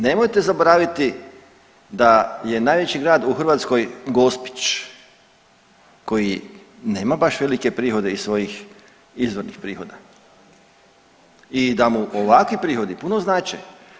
Nemojte zaboraviti da je najveći grad u Hrvatskoj Gospić koji nema baš velike prihode iz svojih izvornih prihoda i da mu ovakvi prihodi puno znače.